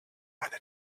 eine